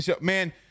Man